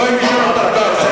בואי ונשמע אותך.